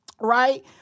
right